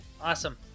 Awesome